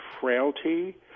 frailty